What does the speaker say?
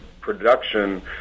production